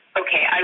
okay